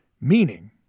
Meaning